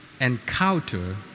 encounter